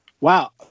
Wow